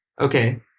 Okay